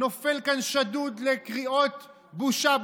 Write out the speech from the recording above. נופל כאן שדוד לקריאות "בושה,